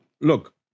look